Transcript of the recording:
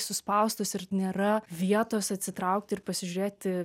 suspaustos ir nėra vietos atsitraukti ir pasižiūrėti